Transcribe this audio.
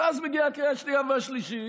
ואז מגיעה הקריאה השנייה והשלישית,